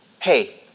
Hey